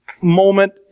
moment